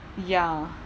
ya